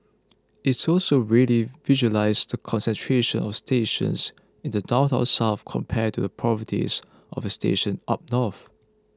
it's also readily visualises the concentration of stations in the downtown south compared to the poverty of stations up north